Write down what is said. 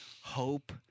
Hope